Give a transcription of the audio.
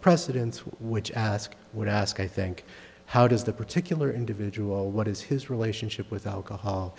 precedents which ask would ask i think how does the particular individual what is his relationship with alcohol